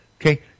okay